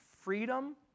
freedom